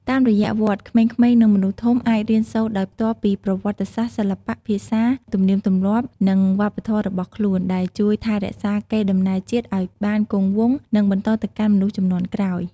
តាមរយៈវត្ត ក្មេងៗ និងមនុស្សធំអាចរៀនសូត្រដោយផ្ទាល់ពីប្រវត្តិសាស្ត្រ សិល្បៈ ភាសា ទំនៀមទម្លាប់ និងវប្បធម៌របស់ខ្លួន ដែលជួយថែរក្សាកេរ្តិ៍ដំណែលជាតិឲ្យបានគង់វង្ស និងបន្តទៅកាន់មនុស្សជំនាន់ក្រោយ។